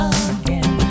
again